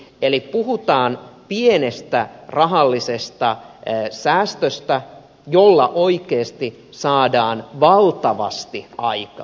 eli puhutaan pienestä rahallisesta säästöstä jolla oikeasti saadaan valtavasti aikaan